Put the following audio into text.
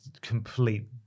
complete